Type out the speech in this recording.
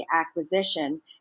acquisition